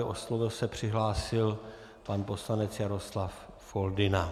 O slovo se přihlásil pan poslanec Jaroslav Foldyna.